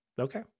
Okay